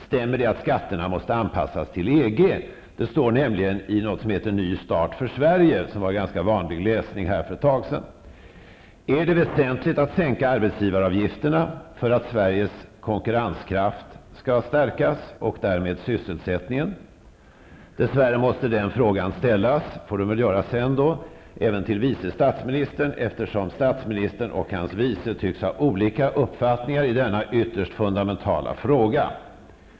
Stämmer det att skatterna måste anpassas till EG? Detta står nämligen i något som heter Ny start för Sverige och som var ganska vanlig läsning för ett tag sedan. Är det väsentligt att sänka arbetsgivaravgifterna för att Sveriges konkurrenskraft skall stärkas och därmed sysselsättningen? Dess värre måste den frågan ställas -- det får väl ske senare i debatten -- även till vice statsministern, eftersom statsministern och hans vice tycks ha olika uppfattningar i denna ytterst fundamentala fråga.